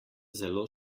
zelo